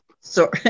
Sorry